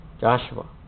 Joshua